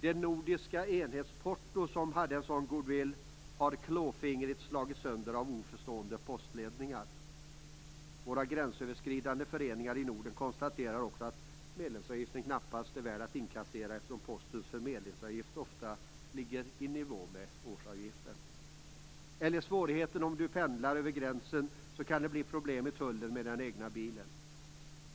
Det nordiska enhetsportot med dess goodwill har på ett klåfingrigt sätt slagits sönder av oförstående postledningar. Våra gränsöverskridande föreningar i Norden konstaterar att det knappast är värt att inkassera medlemsavgiften, eftersom Postens förmedlingsavgift ofta ligger i nivå med årsavgiften. Om man pendlar över gränsen kan det bli problem med tullen vad gäller den egna bilen.